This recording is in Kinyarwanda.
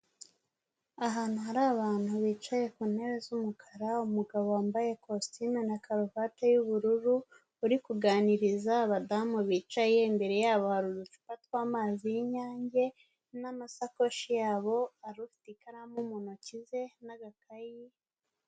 Ahantu hari abantu bicaye ku ntebe z'umukara, umugabo wambaye kositimu na karuvate y'ubururu uri kuganiriza abadamu bicaye, imbere yabo hari uducupa tw'amazi y'Inyange n'amasakoshi yabo, hari ufite ikaramu mu ntoki ze n'agakayi.